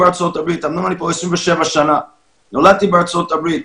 אמנם אני פה 27 שנים אבל נולדתי בארצות הברית.